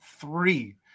three